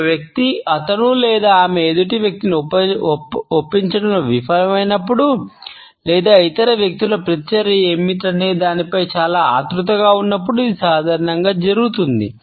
ఒక వ్యక్తి అతను లేదా ఆమె ఎదుటి వ్యక్తిని ఒప్పించడంలో విఫలమైనప్పుడు లేదా ఇతర వ్యక్తుల ప్రతిచర్య ఏమిటనే దానిపై చాలా ఆత్రుతగా ఉన్నప్పుడు ఇది సాధారణంగా జరుగుతుంది